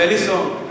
"בילינסון",